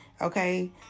okay